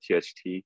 THT